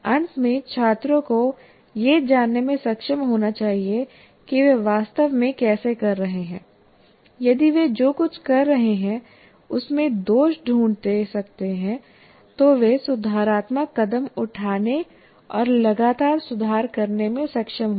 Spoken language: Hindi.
अंत में छात्रों को यह जानने में सक्षम होना चाहिए कि वे वास्तव में कैसे कर रहे हैं यदि वे जो कुछ कर रहे हैं उसमें दोष ढूंढ सकते हैं तो वे सुधारात्मक कदम उठाने और लगातार सुधार करने में सक्षम होंगे